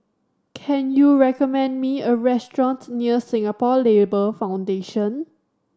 can you recommend me a restaurant near Singapore Labour Foundation